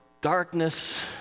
darkness